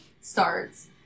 starts